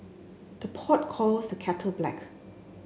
the pot calls the kettle black